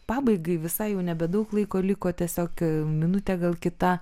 pabaigai visai jau nebedaug laiko liko tiesiog minutė gal kita